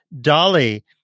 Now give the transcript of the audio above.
Dolly